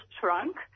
trunk